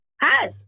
Hi